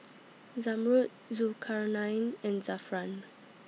Zamrud Zulkarnain and Zafran